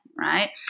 right